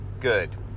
good